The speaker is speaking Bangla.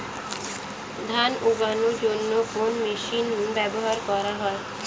ধান উড়ানোর জন্য কোন মেশিন ব্যবহার করা হয়?